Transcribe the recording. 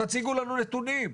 שתציגו לנו נתונים,